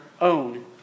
own